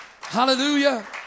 Hallelujah